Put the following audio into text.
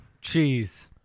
cheese